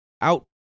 out